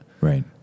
Right